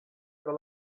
con